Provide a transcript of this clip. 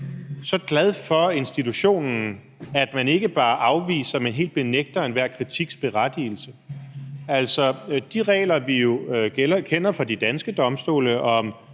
så glad for institutionen, at man ikke bare afviser, men helt benægter enhver kritiks berettigelse. Altså, de regler, vi kender fra de danske domstole, om